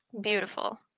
Beautiful